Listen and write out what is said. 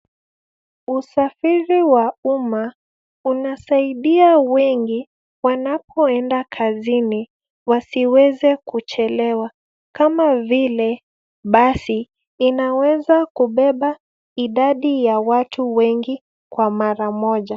Usafiri wa umma, unasaidia wengi wanapoenda kazini wasiweze kuchelewa, kama vile basi inaweza kubeba idadi ya watu wengi kwa mara moja.